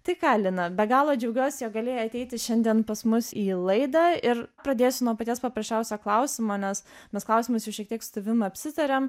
tai ką lina be galo džiaugiuosi jog galėjai ateiti šiandien pas mus į laidą ir pradėsiu nuo paties paprasčiausio klausimo nes mes klausimus jau šiek tiek su tavim apsitarėme